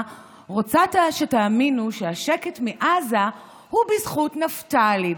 רוצה שתאמינו שהשקט מעזה הוא בזכות נפתלי.